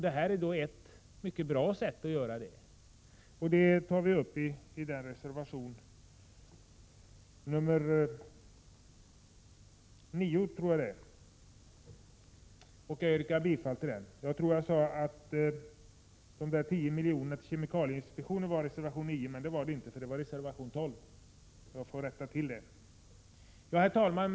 Detta är ett mycket bra sätt att se till att det blir så, vilket vi framhåller i reservation nr 9, som jag yrkar bifall till. Herr talman!